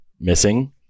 missing